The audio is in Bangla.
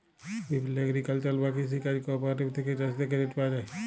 বিভিল্য এগ্রিকালচারাল বা কৃষি কাজ কোঅপারেটিভ থেক্যে চাষীদের ক্রেডিট পায়া যায়